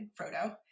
Frodo